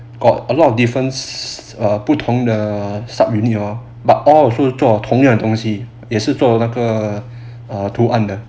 orh a lot of difference err 不同的 sub unit hor but also 做同样的东西也是做那个 err 图案的